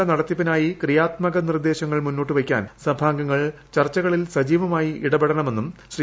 സഭയുടെ നല്ല നടത്തിപ്പിനായി ക്രിയാത്മക നിർദ്ദേശങ്ങൾ മുന്നോട്ടുവയ്ക്കാൻ സഭാംഗങ്ങൾ ചർച്ചകളിൽ സജീവമായി ഇടപെടണമെന്നും ശ്രീ